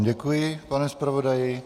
Děkuji vám, pane zpravodaji.